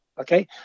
okay